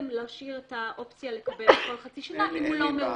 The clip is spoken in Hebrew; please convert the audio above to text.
ולהשאיר את האופציה לקבל כל חצי שנה אם הוא לא מעוניין.